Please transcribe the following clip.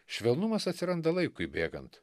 švelnumas atsiranda laikui bėgant